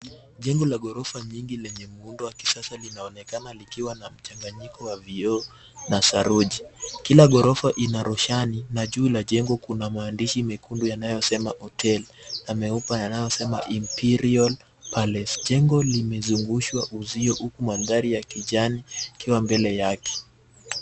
Jengo la ghorofa nyingi lenye muundo la kisasa linaonekana likiwa na mchanganyiko wa vyuo na saruji ,kila ghorofa inarushani na juu la jengo kuna maandishi mekundu yanayosema[ hotel] na meupe yanayosema[ imperial palace] jengo limezungushwa uzio huku mandhari ya kijani ikiwa mbele yake.